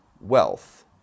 wealth